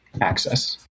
access